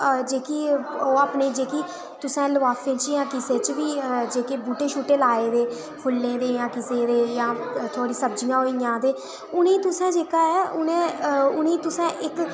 जेह्की ओह् अपने जेह्की तुसें लफाफे च जां किसे च बी जेह्के बहूटे शुह्टे लाए दे फुल्लें दे जां कुसै दे जां थोह्ड़ी सब्जियां होइयां उ'नें तुसें जेह्का उ'नें गी जेह्का तुसें